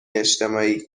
اجتماعی